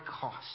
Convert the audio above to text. cost